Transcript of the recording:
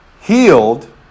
Healed